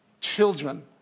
children